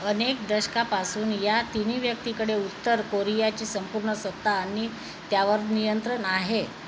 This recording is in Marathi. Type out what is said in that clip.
अनेक दशकापासून या तिन्ही व्यक्तीकडे उत्तर कोरियाची संपूर्ण सत्ता आणि त्यावर नियंत्रण आहे